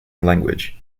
language